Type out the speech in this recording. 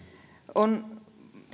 on